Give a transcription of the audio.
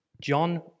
John